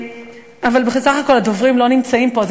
אבל בסך הכול הדוברים לא נמצאים פה,